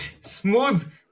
Smooth